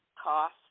cost